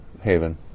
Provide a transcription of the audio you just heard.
haven